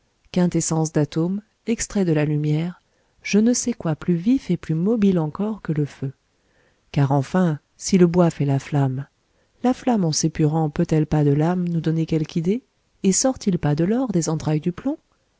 quintessence d'atome extrait de la lumière je ne sais quoi plus vif et plus mobile encor que le feu car enfin si le bois fait la flamme la flamme en s'épurant peut-elle pas de l'âme nous donner quelque idée et sort-il pas de l'or des entrailles du plomb